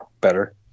better